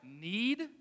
need